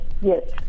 Yes